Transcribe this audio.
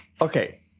okay